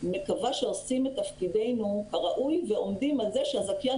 מקווה שעושים את תפקידנו הראוי ועומדים על זה שהזכיין